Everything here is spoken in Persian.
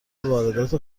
واردات